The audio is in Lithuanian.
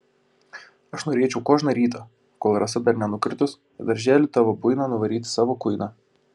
aš norėčiau kožną rytą kol rasa dar nenukritus į darželį tavo buiną nuvaryti savo kuiną